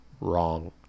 wrong